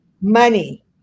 money